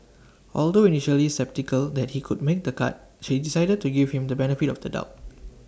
although initially sceptical that he would make the cut she decided to give him the benefit of the doubt